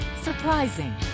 Surprising